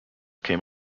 came